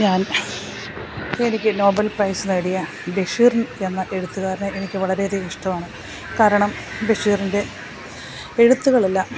ഞാൻ എനിക്ക് Nobel prize നേടിയ ബഷീർ എന്ന എഴുത്തുകാരനെ എനിക്ക് വളരെയധികം ഇഷ്ടമാണ് കാരണം ബഷീറിൻ്റെ എഴുത്തുകളെല്ലാം